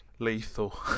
Lethal